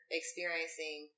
experiencing